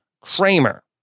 Kramer